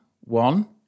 one